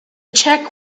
check